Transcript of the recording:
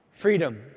Freedom